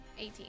18